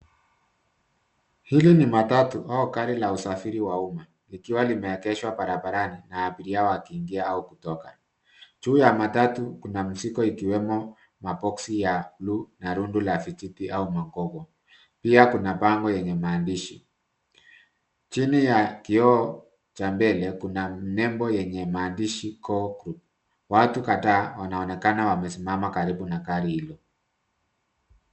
Hili ni matatu au gari la usafiri wa umma likiwa limeegeshwa barabarani na abiria wakiingia au kutoka. Juu ya matatu kuna mizigo ikiwemo maboksi ya buluu, na rundo la vijiti au makobo. Pia kuna bango yenye maandishi. Chini ya kioo cha mbele kuna nembo yenye maandishi KOKU. Watu kadhaa wanaonekana wamesimama karibu na gari hilo.